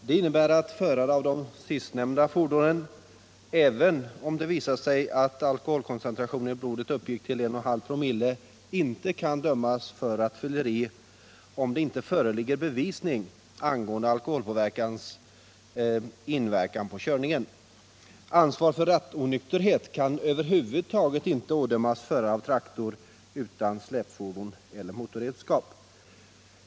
Det innebär att förare av de sistnämnda fordonen, även om det visar sig att alkoholkoncentrationen i blodet uppgår till 1,5 4., inte kan dömas för rattfylleri om det inte föreligger bevisning angående alkoholpåverkans inflytande på körningen. Därtill kommer att ansvar för rattonykterhet över huvud taget inte kan ådömas förare av traktor utan släpfordon eller motorredskap.